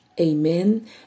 amen